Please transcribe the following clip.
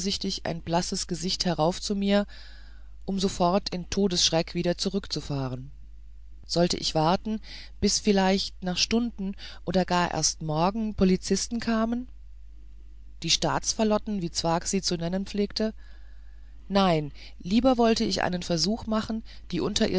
ein blasses gesicht herauf zu mir um sofort in todesschreck wieder zurückzufahren sollte ich warten bis vielleicht nach stunden oder gar erst morgen polizisten kamen die staatsfalotten wie zwakh sie zu nennen pflegte nein lieber wollte ich einen versuch machen die unterirdischen